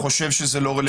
אתה חושב שזה לא רלוונטי?